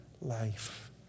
life